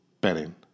betting